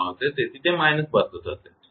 તેથી તે −200 થશે